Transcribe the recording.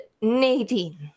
Nadine